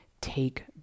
Take